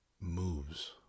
moves